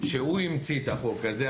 שהוא המציא את החוק הזה,